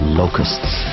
locusts